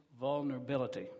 vulnerability